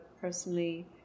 personally